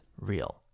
real